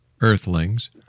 earthlings